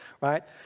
right